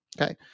Okay